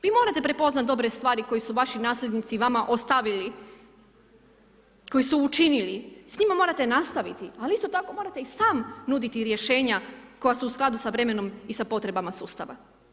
Vi morate prepoznati dobre stvari koje su vaši nasljednici vama ostavili, koji su učinili, s njima morate nastaviti ali isto tako morate i sam nuditi rješenja koja su u skladu sa vremenom i sa potrebama sustava.